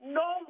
no